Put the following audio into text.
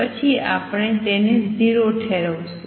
પછી આપણે તેને 0 ઠેરવશું